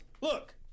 Look